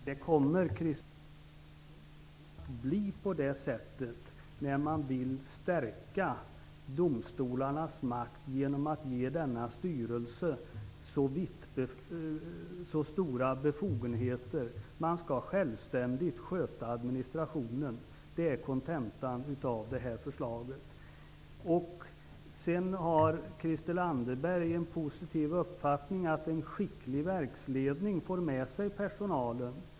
Herr talman! Det kommer inte att bli på det sättet när man vill stärka domstolarnas makt genom att ge denna styrelse så stora befogenheter. Den skall självständigt sköta administrationen. Det är kontentan av detta förslag. Christel Anderberg har en positiv uppfattning om att en skicklig verksledning får med sig personalen.